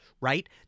right